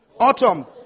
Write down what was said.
autumn